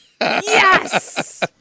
yes